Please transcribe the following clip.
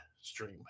stream